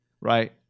right